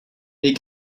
they